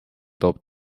toob